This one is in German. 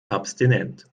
abstinent